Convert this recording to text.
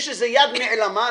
יש איזו יד נעלמה,